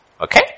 Okay